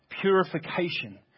Purification